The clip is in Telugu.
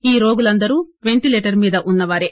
ఈ రోగులందరూ పెంటిలేటర్ మీద వున్నవారే